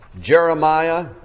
Jeremiah